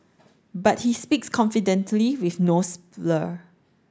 but he speaks confidently with no slur